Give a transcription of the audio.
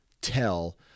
tell